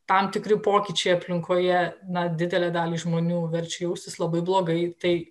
tam tikri pokyčiai aplinkoje na didelę dalį žmonių verčia jaustis labai blogai tai